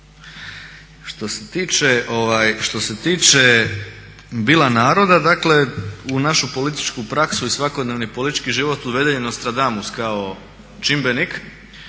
Što se tiče bila naroda, dakle u našu političku praksu i svakodnevni politički život uveden je Nostradamus kao čimbenik